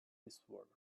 eastward